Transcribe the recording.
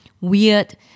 weird